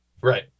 Right